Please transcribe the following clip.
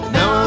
Now